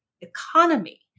economy